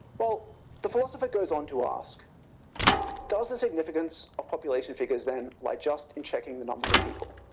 but the philosopher goes on to ask does the significance of population figures then, lie just in checking the numbers of people?